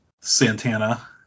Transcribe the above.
Santana